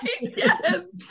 yes